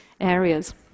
areas